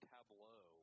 Tableau